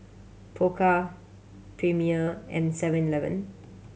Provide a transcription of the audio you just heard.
Pokka Premier and Seven Eleven